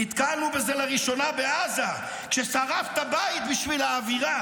נתקלנו בזה לראשונה בעזה כששרפת בית בשביל האווירה",